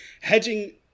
hedging